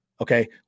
Okay